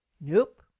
Nope